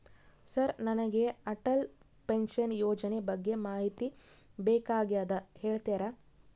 Sir ನನಗೆ Atal pension ಯೋಜನೆ ಬಗ್ಗೆ ಮಾಹಿತಿ ಬೇಕಾಗ್ಯದ ಹೇಳ್ತೇರಾ?